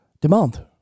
Demand